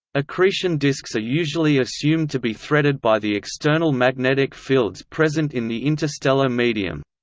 accretion disks are usually assumed to be threaded by the external magnetic fields present in the interstellar medium.